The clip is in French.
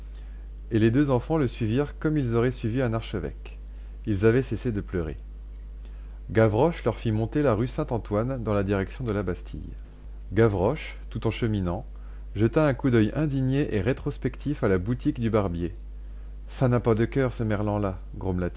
et les deux enfants le suivirent comme ils auraient suivi un archevêque ils avaient cessé de pleurer gavroche leur fit monter la rue saint-antoine dans la direction de la bastille gavroche tout en cheminant jeta un coup d'oeil indigné et rétrospectif à la boutique du barbier ça n'a pas de coeur ce merlan là